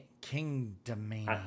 Kingdom